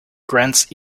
grants